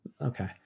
Okay